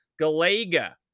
Galaga